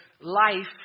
life